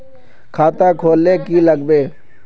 खाता खोल ले की लागबे?